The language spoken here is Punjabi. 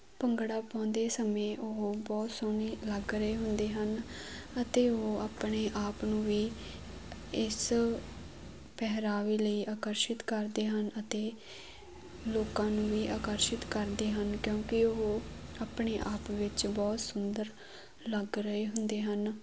ਭੰਗੜਾ ਪਾਉਂਦੇ ਸਮੇਂ ਉਹ ਬਹੁਤ ਸੋਹਣੇ ਲੱਗ ਰਹੇ ਹੁੰਦੇ ਹਨ ਅਤੇ ਉਹ ਆਪਣੇ ਆਪ ਨੂੰ ਵੀ ਇਸ ਪਹਿਰਾਵੇ ਲਈ ਆਕਰਸ਼ਿਤ ਕਰਦੇ ਹਨ ਅਤੇ ਲੋਕਾਂ ਨੂੰ ਵੀ ਆਕਰਸ਼ਿਤ ਕਰਦੇ ਹਨ ਕਿਉਂਕਿ ਉਹ ਆਪਣੇ ਆਪ ਵਿੱਚ ਬਹੁਤ ਸੁੰਦਰ ਲੱਗ ਰਹੇ ਹੁੰਦੇ ਹਨ